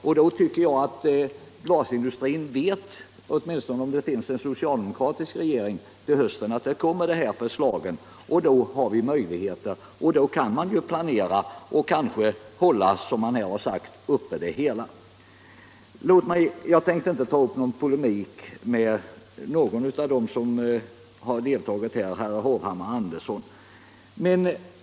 Glasindustrin vet alltså att dessa förslag — åtminstone om vi då har en socialdemokratisk regering - kommer till hösten. Då har vi möjligheter att planera och kan, som industriministern 211 här har sagt, hålla verksamheten uppe. Jag hade inte tänkt ta upp någon polemik med herrar Hovhammar och Andersson i Nybro.